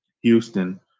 Houston